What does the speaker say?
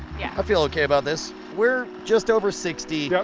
yeah. i feel okay about this. we're just over sixty,